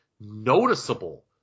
noticeable